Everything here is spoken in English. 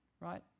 Right